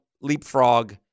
leapfrog